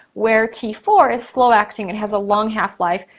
where t four is slow acting and has a long half life,